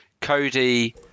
Cody